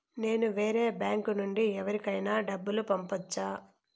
నేను వేరే బ్యాంకు నుండి ఎవరికైనా డబ్బు పంపొచ్చా?